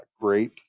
great